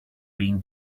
being